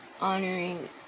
honoring